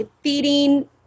feeding